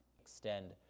extend